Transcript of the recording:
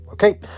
Okay